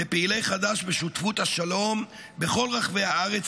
לפעילי חד"ש ולשותפות השלום בכל רחבי הארץ,